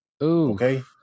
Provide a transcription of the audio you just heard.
Okay